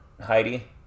Heidi